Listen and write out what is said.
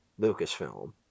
Lucasfilm